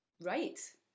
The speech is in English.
right